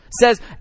Says